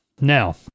Now